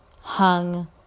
hung